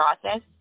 process